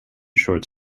short